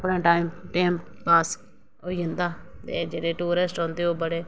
अपने टाइम टूम पास होइ जंदा ते जेह्ड़े टूरिस्ट होंदे ओह् बी